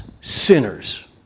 sinners